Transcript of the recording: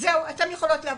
אתן יכולות לעבוד.